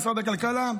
משרד הכלכלה,